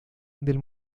del